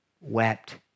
wept